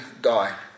die